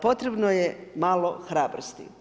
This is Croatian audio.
Potrebno je malo hrabrosti.